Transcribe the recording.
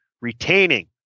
retaining